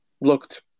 looked